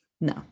No